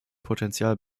potential